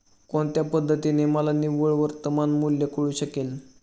कोणत्या पद्धतीने मला निव्वळ वर्तमान मूल्य कळू शकेल?